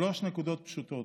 שלוש נקודות פשוטות,